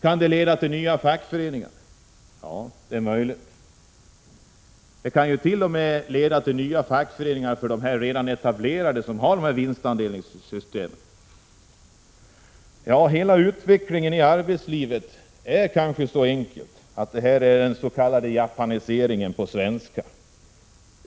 Kan det leda till nya fackföreningar? Ja, det är möjligt. Det kan t.o.m. leda till nya fackföreningar för de redan etablerade som är med i vinstdelningssystemet. Det kanske är så enkelt att detta är dens.k. japaniseringen på svenska.